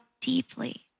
deeply